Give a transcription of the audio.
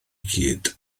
gyd